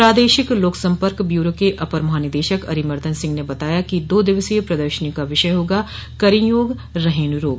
प्रादेशिक लोक संपर्क ब्यूरो के अपर महानिदेशक अरिमर्दन सिंह ने बताया कि दो दिवसीय प्रदर्शनी का विषय होगा करें योग रहें निरोग